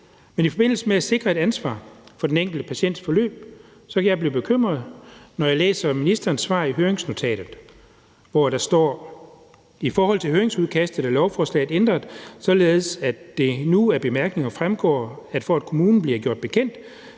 men i forbindelse med at sikre et ansvar for den enkelte patients forløb kan jeg blive bekymret, når jeg læser ministerens svar i høringsnotatet, hvor der står: »I forhold til høringsudkastet er lovforslaget ændret, således at det nu af bemærkningerne fremgår, at for at kommunen bliver gjort bekendt